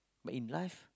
but in life